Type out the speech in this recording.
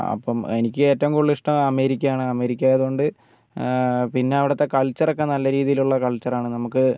അപ്പം എനിക്ക് ഏറ്റവും കൂടുതൽ ഇഷ്ടം അമേരിക്ക ആണ് അമേരിക്ക ആയതുകൊണ്ട് പിന്നെ അവിടുത്തെ കൾച്ചർ ഒക്കെ നല്ല രീതിയിൽ ഉള്ള കൾച്ചർ ആണ് നമുക്ക്